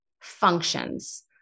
functions